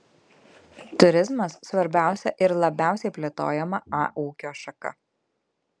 turizmas svarbiausia ir labiausiai plėtojama a ūkio šaka